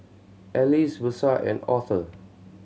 Alize Versa and Aurthur